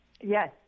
Yes